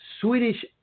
Swedish